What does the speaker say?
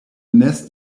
nest